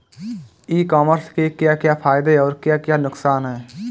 ई commerce के क्या क्या फायदे और क्या क्या नुकसान है?